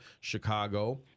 Chicago